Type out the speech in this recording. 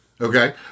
Okay